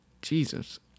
Jesus